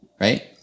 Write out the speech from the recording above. Right